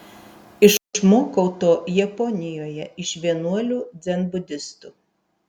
išmokau to japonijoje iš vienuolių dzenbudistų